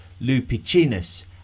Lupicinus